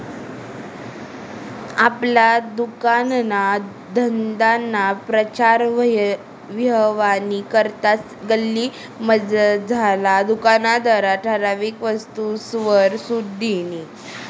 आपला दुकानना धंदाना प्रचार व्हवानी करता गल्लीमझारला दुकानदारनी ठराविक वस्तूसवर सुट दिनी